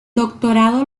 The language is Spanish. doctorado